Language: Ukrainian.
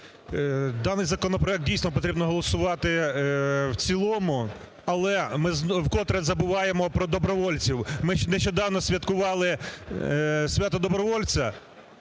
Даний законопроект, дійсно, потрібно голосувати в цілому, але ми вкотре забуваємо про добровольців. Ми нещодавно святкували свято добровольця,